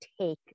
take